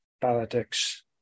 politics